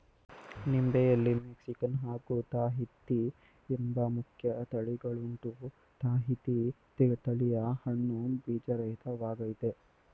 ನಿಂಬೆಯಲ್ಲಿ Mexican ಹಾಗೂ Tahiti ಎಂಬ ಮುಖ್ಯ ತಳಿಗಳುಂಟು ತಾಹಿತಿ ತಳಿಯ ಹಣ್ಣು ಬೀಜರಹಿತ ವಾಗಯ್ತೆ